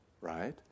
right